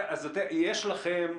אז יש לכם,